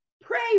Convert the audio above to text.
Pray